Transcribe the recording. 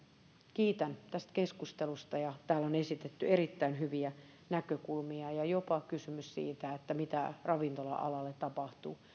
kiitän tästä keskustelusta täällä on esitetty erittäin hyviä näkökulmia ja jopa kysymys siitä mitä ravintola alalle tapahtuu